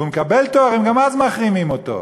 והוא מקבל תארים, גם אז מחרימים אותו.